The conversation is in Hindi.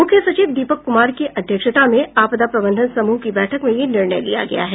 मुख्य सचिव दीपक कुमार की अध्यक्षता में आपदा प्रबंधन समूह की बैठक में यह निर्णय किया गया है